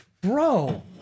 bro